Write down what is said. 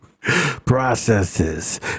processes